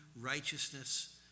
righteousness